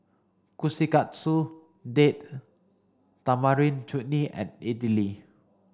Kushikatsu Date Tamarind Chutney and Idili